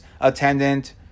attendant